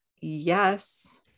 yes